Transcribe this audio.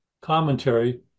commentary